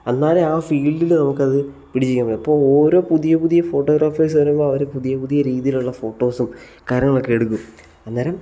അന്നാലേ ആ ഫീൽഡിൽ നമുക്ക് അത് പിടിച്ചുനിൽക്കാൻ പറ്റു ഇപ്പോൾ ഓരോ പുതിയ പുതിയ ഫോട്ടോഗ്രാഫേഴ്സ് അവർ പുതിയ പുതിയ രീതിയിലുള്ള ഫോട്ടോസും കാര്യങ്ങളൊക്കെ എടുക്കും അന്നേരം